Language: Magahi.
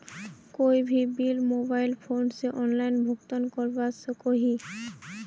कोई भी बिल मोबाईल फोन से ऑनलाइन भुगतान करवा सकोहो ही?